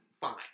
fine